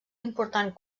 important